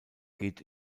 geht